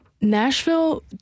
Nashville